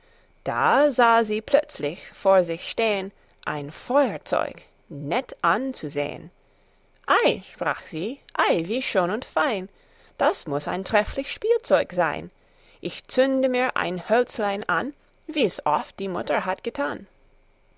da sah sie plötzlich vor sich stehn ein feuerzeug nett anzusehn ei sprach sie ei wie schön und fein das muß ein trefflich spielzeug sein ich zünde mir ein hölzchen an wie's oft die mutter hat getan